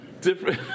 different